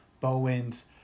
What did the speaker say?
Bowens